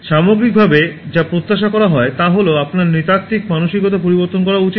সামগ্রিকভাবে যা প্রত্যাশা করা হয় তা হল আপনার নৃতাত্ত্বিক মানসিকতা পরিবর্তন করা উচিত